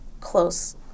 close